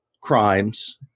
crimes